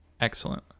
excellent